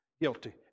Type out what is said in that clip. guilty